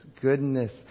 goodness